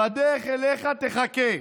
בדרך אליך, תחכה.